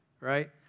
right